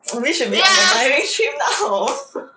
we should be on our diving trip now